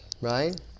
right